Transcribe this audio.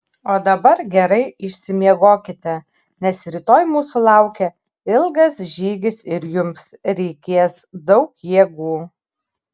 o dabar gerai išsimiegokite nes rytoj mūsų laukia ilgas žygis ir jums reikės daug jėgų